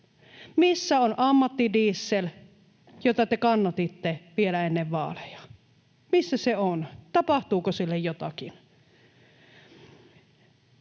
Missä on ammattidiesel, jota te kannatitte vielä ennen vaaleja? Missä se on? Tapahtuuko sille jotakin?